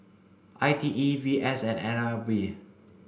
I T E V S and N L B